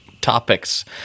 topics